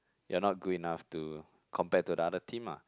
you are not good enough to compare to another team lah